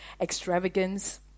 extravagance